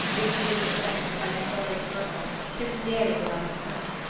this tomb was erected by his sorrowing mother to her dearly beloved son.